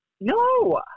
No